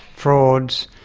frauds,